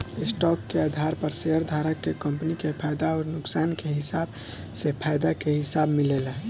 stock के आधार पर शेयरधारक के कंपनी के फायदा अउर नुकसान के हिसाब से फायदा के हिस्सा मिलेला